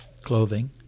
clothing